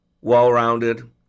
Well-rounded